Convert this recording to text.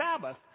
sabbath